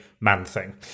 Man-Thing